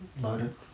loaded